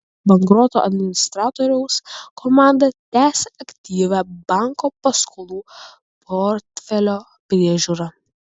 bankroto administratoriaus komanda tęsia aktyvią banko paskolų portfelio priežiūrą